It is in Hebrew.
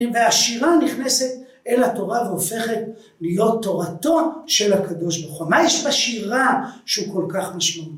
והשירה נכנסת אל התורה והופכת להיות תורתו של הקדוש ברוך הוא. מה יש בשירה שהוא כל כך משמ...